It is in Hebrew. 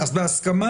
אז בהסכמה